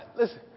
Listen